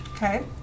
Okay